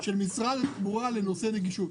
של משרד התחבורה לנושא נגישות?